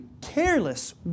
careless